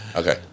okay